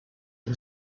and